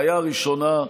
הבעיה הראשונה,